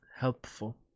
Helpful